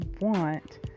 want